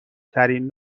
ترین